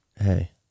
hey